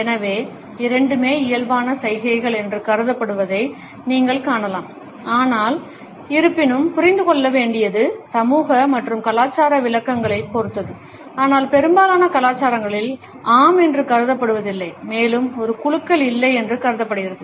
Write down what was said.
எனவே இரண்டுமே இயல்பான சைகைகள் என்று கருதப்படுவதை நீங்கள் காணலாம் ஆனால் இருப்பினும் புரிந்து கொள்ள வேண்டியது சமூக மற்றும் கலாச்சார விளக்கங்களைப் பொறுத்தது ஆனால் பெரும்பாலான கலாச்சாரங்களில் ஆம் என்று கருதப்படுவதில்லை மேலும் ஒரு குலுக்கல் இல்லை என்று கருதப்படுகிறது